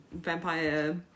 Vampire